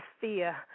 fear